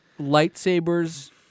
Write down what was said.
lightsabers